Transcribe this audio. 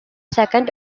second